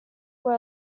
were